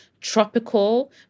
tropical